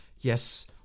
yes